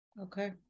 Okay